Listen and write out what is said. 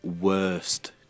worst